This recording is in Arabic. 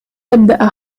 تبدأ